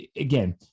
again